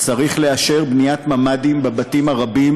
צריך לאשר בניית ממ"דים בבתים הרבים